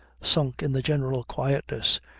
sunk in the general quietness,